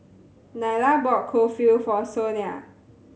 Nyla bought Kulfi for Sonia